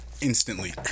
instantly